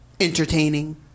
entertaining